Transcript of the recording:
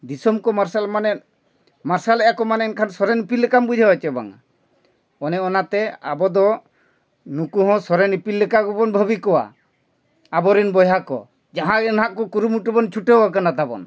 ᱫᱤᱥᱚᱢ ᱠᱚ ᱢᱟᱨᱥᱟᱞ ᱢᱟᱱᱮ ᱢᱟᱨᱥᱟᱞᱮᱫ ᱟᱠᱚ ᱢᱟᱱᱮ ᱮᱱᱠᱷᱟᱱ ᱥᱚᱨᱮᱱ ᱤᱯᱤᱞ ᱞᱮᱠᱟᱢ ᱵᱩᱡᱷᱟᱹᱣᱟ ᱥᱮ ᱵᱟᱝᱟ ᱚᱱᱮ ᱚᱱᱟᱛᱮ ᱟᱵᱚ ᱫᱚ ᱱᱩᱠᱩ ᱦᱚᱸ ᱥᱚᱨᱮᱱ ᱤᱯᱤᱞ ᱞᱮᱠᱟ ᱜᱮᱵᱚᱱ ᱵᱷᱟᱵᱤ ᱠᱚᱣᱟ ᱟᱵᱚᱨᱮᱱ ᱵᱚᱭᱦᱟ ᱠᱚ ᱡᱟᱦᱟᱸᱭᱜᱮ ᱱᱟᱜ ᱠᱚ ᱠᱩᱨᱩᱢᱩᱴᱩ ᱵᱚᱱ ᱪᱷᱩᱴᱟᱹᱣᱟᱠᱟᱱᱟ ᱛᱟᱵᱚᱱ